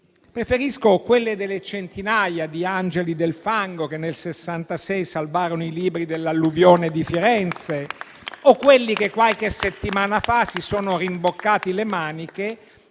assemblea - quelle delle centinaia di "angeli del fango" che nel 1966 salvarono i libri dall'alluvione di Firenze o di quelli che qualche settimana fa si sono rimboccati le maniche